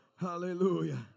Hallelujah